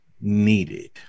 needed